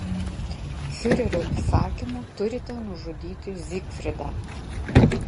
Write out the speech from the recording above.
fiurerio įsakymu turite nužudyti zygfridą